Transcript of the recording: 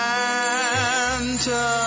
Santa